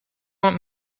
want